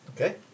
Okay